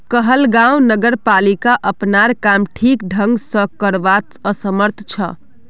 कहलगांव नगरपालिका अपनार काम ठीक ढंग स करवात असमर्थ छ